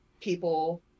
people